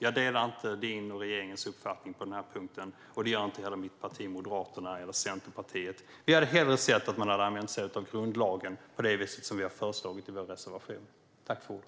Jag delar inte din och regeringens uppfattning på denna punkt. Det gör inte heller mitt parti Moderaterna eller Centerpartiet. Vi hade hellre sett att man hade använt sig av grundlagen på det sätt som vi har föreslagit i vår reservation.